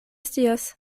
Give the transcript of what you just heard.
scias